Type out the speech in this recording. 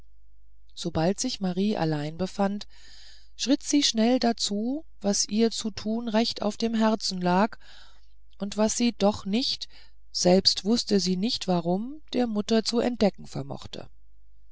sobald sich marie allein befand schritt sie schnell dazu was ihr zu tun recht auf dem herzen lag und was sie doch nicht selbst wußte sie nicht warum der mutter zu entdecken vermochte